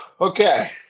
Okay